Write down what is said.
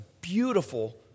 beautiful